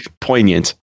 poignant